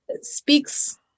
speaks